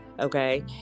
Okay